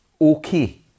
okay